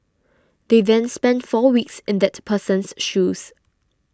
they then spend four weeks in that person's shoes